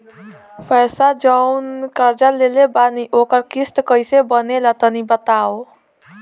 पैसा जऊन कर्जा लेले बानी ओकर किश्त कइसे बनेला तनी बताव?